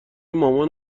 مامان